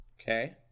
Okay